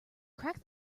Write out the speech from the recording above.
crack